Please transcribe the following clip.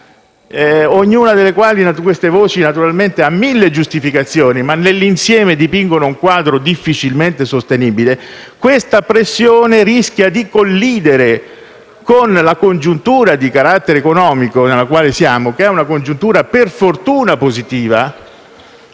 ognuna delle quali ha mille giustificazioni, ma nell'insieme dipingono un quadro difficilmente sostenibile), rischia di collidere con la congiuntura di carattere economico nella quale siamo, che è una congiuntura per fortuna positiva.